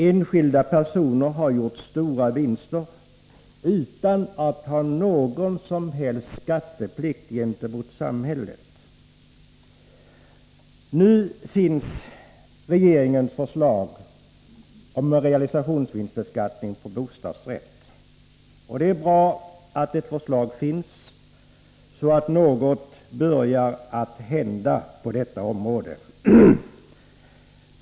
Enskilda personer har gjort stora vinster utan att ha någon som helst skatteplikt gentemot samhället. Nu finns regeringens förslag om realisationsvinstbeskattning på bostadsrätt. Det är bra att något börjar hända på detta område.